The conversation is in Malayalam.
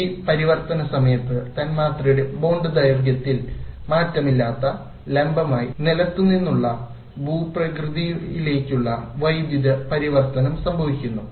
ഈ പരിവർത്തന സമയത്ത് തന്മാത്രയുടെ ബോണ്ട് ദൈർഘ്യത്തിൽ മാറ്റമില്ലാത്ത ലംബമായി നിലത്തുനിന്നുള്ള ഭൂപ്രകൃതിയിലേക്കുള്ള വൈദ്യുത പരിവർത്തനം സംഭവിക്കുന്നു